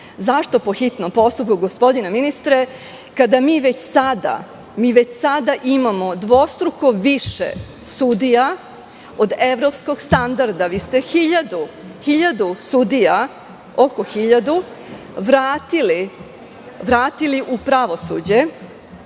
Zašto po hitnom postupku gospodine ministre, kada mi već sada imamo dvostruko više sudija od evropskog standarda? Vi ste oko 1.000 sudija vratili u pravosuđe.